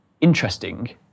interesting